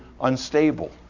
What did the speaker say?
unstable